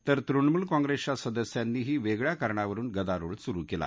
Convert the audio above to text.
तर तृणमूल काँग्रस्तिया सदस्यांनीही वगळिया कारणावरून गदारोळ सुरू कली